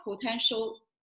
potential